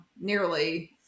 nearly